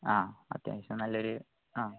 ആ അത്യാവശ്യം നല്ലൊരു ആ